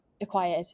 acquired